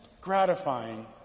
gratifying